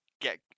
get